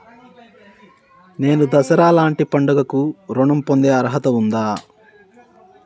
నేను దసరా లాంటి పండుగ కు ఋణం పొందే అర్హత ఉందా?